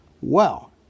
Well